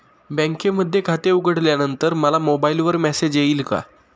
बँकेमध्ये खाते उघडल्यानंतर मला मोबाईलवर मेसेज येईल का?